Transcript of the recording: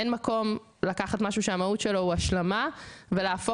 אין מקום לקחת משהו שהמהות שלו היא השלמה ולהפוך